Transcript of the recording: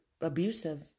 abusive